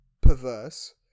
perverse